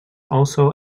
also